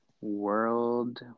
World